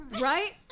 right